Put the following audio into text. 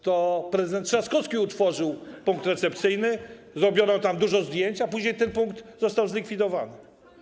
To prezydent Trzaskowski utworzył punkt recepcyjny, zrobiono tam dużo zdjęć, a później ten punkt został zlikwidowany.